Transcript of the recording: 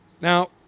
Now